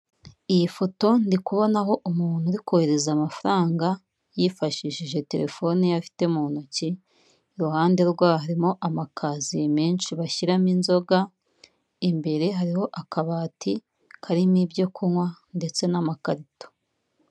Iyi foto ndikubonaho umuntu uri kohereza amafaranga yifashishije telefoni ye afite mu ntoki, iruhande rwe harimo amakaziye menshi bashyiramo inzoga, imbere hariho akabati karimo ibyo kunywa ndetse n'amakarito.